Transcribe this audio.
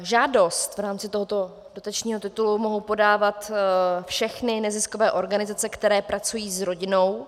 Žádost v rámci tohoto dotačního titulu mohou podávat všechny neziskové organizace, které pracují s rodinou.